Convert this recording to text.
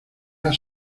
has